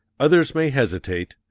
others may hesitate,